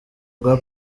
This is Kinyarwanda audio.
bwa